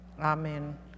Amen